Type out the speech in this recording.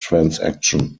transaction